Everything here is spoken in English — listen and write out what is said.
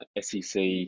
SEC